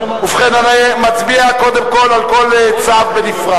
ובכן, קודם כול אני מצביע על כל צו בנפרד.